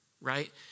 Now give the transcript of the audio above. right